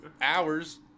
hours